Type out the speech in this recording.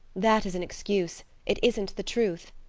that is an excuse it isn't the truth.